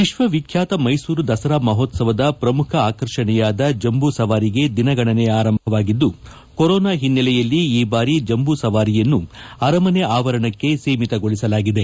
ವಿಕ್ಷವಿಖ್ಯಾತ ಮೈಸೂರು ದಸರಾ ಮಹೋತ್ಸವದ ಪ್ರಮುಖ ಆಕರ್ಷಣೆಯಾದ ಜಂಬೂ ಸವಾರಿಗೆ ದಿನಗಣನೆ ಆರಂಭವಾಗಿದ್ದು ಕೊರೋನಾ ಹಿನ್ನೆಲೆಯಲ್ಲಿ ಈ ಬಾರಿ ಜಂಬೂ ಸವಾರಿಯನ್ನು ಅರಮನೆ ಅವರಣಕ್ಕೆ ಸೀಮಿತಗೊಳಿಸಲಾಗಿದೆ